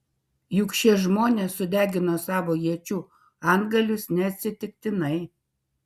juk šie žmonės sudegino savo iečių antgalius neatsitiktinai